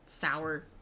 sour